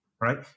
right